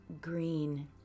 green